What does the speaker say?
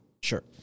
Sure